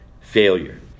failure